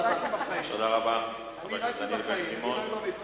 אני רק עם החיים, לא עם המתים.